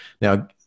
Now